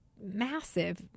massive